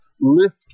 lift